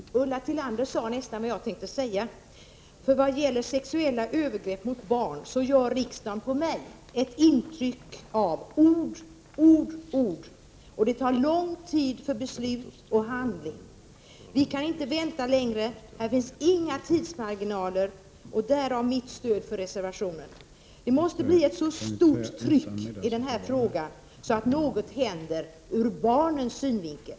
Herr talman! Ulla Tillander sade nästan vad jag tänkte säga. När det gäller sexuella övergrepp mot barn gör riksdagen på mig ett intryck av ord, ord, ord. Det tar lång tid att åstadkomma beslut och handling. Vi kan inte vänta längre — här finns inga tidsmarginaler. Det är anledningen till mitt stöd för reservationen. Det måste bli ett så stort tryck i den här frågan att något händer, för barnens skull.